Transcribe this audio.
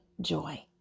joy